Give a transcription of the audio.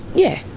yeah,